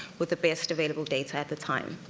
with the best available data at the time.